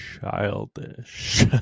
childish